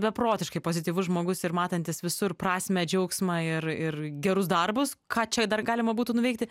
beprotiškai pozityvus žmogus ir matantis visur prasmę džiaugsmą ir ir gerus darbus ką čia dar galima būtų nuveikti